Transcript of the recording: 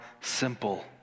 simple